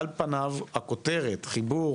על פניו, הכותרת "חיבור